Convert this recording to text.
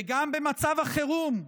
וגם במצב החירום,